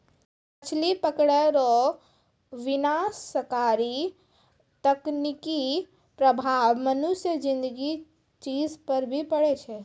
मछली पकड़ै रो विनाशकारी तकनीकी प्रभाव मनुष्य ज़िन्दगी चीज पर भी पड़ै छै